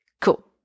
Cool